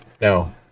No